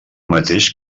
mateix